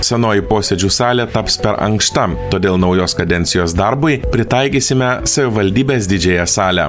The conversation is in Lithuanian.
senoji posėdžių salė taps per ankšta todėl naujos kadencijos darbui pritaikysime savivaldybės didžiąją salę